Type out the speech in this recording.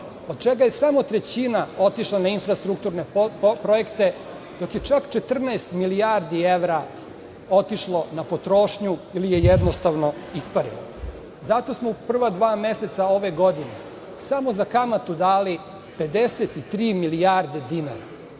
od čega je samo trećina otišla na infrastrukturne projekte, dok je čak 14 milijardi evra otišlo na potrošnju ili je jednostavno isparila. Zato smo u prva dva meseca ove godine samo za kamatu dali 53 milijarde dinara,